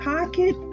Pocket